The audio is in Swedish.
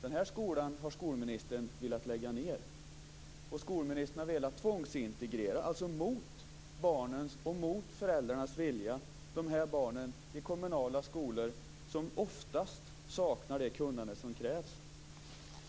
Denna skola har skolministern velat lägga ned. Skolministern har mot barnens och föräldrarnas vilja velat tvångsintegrera dessa barn i kommunala skolor, som oftast saknar det kunnande som krävs.